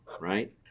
Right